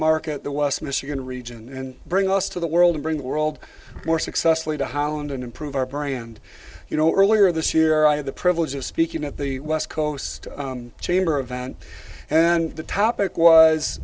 market the west michigan region and bring us to the world to bring the world more successfully to holland and improve our brand you know earlier this year i had the privilege of speaking at the west coast chamber of vent and the topic was